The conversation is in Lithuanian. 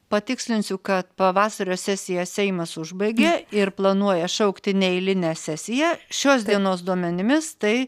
patikslinsiu kad pavasario sesiją seimas užbaigė ir planuoja šaukti neeilinę sesiją šios dienos duomenimis tai